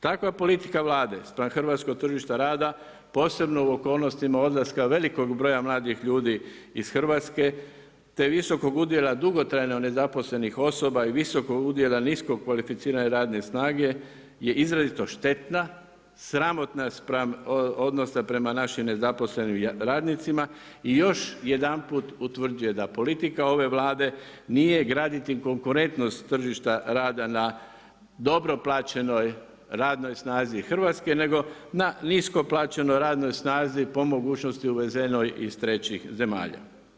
Takva politika Vlade spram hrvatskog tržišta rada, posebno u okolnostima odlaska velikog broja mladih ljudi iz Hrvatske, te visokog udjela dugotrajno nezaposlenih osoba i visokog udjela nisko kvalificirane radne snage je izrazito štetna, sramotna spram odnosa prema našim nezaposlenim radnicima i još jedanput utvrđuje da politika ove Vlade nije graditi konkurentnost tržišta rada na dobro plaćenoj radnoj snazi Hrvatske, nego na nisko plaćeno radnoj snazi po mogućnosti uvezeno iz trećih zemalja.